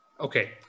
Okay